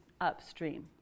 upstream